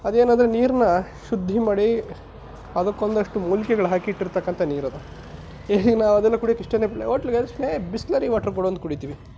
ಅದೇನಂದರೆ ನೀರನ್ನ ಶುದ್ದಿ ಮಾಡಿ ಅದಕ್ಕೊಂದಷ್ಟು ಮೂಲಿಕೆಗಳು ಹಾಕಿಟ್ಟಿರ್ತಕ್ಕಂಥ ನೀರದು ಈಗ ನಾವು ಅದನ್ನು ಕುಡಿಯೋಕ್ಕೆ ಇಷ್ಟನೇ ಪಡೋಲ್ಲ ಹೋಟ್ಲ್ಗೋದ ತಕ್ಷಣ ಏ ಬಿಸ್ಲರಿ ವಾಟ್ರ್ ಕೊಡು ಅಂತ ಕುಡಿತೀವಿ